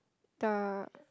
the